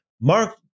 Mark